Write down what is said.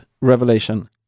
revelation